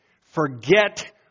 forget